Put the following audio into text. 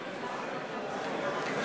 (קוראת בשמות חברי הכנסת)